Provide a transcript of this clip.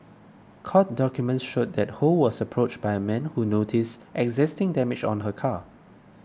court documents showed that Ho was approached by a man who noticed existing damage on her car